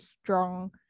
strong